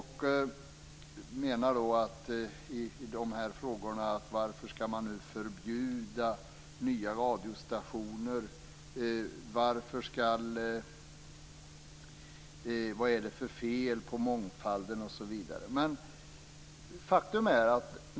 Han tar i de frågorna upp varför man skall förbjuda nya radiostationer, vad det är för fel på mångfalden, osv.